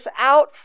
out